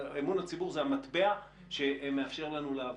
אמון הציבור זה המטבע שמאפשר לנו לעבוד.